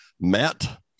Matt